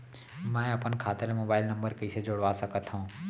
मैं अपन खाता ले मोबाइल नम्बर कइसे जोड़वा सकत हव?